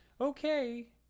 okay